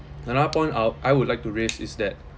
another point of I would like to raise is that